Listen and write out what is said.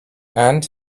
and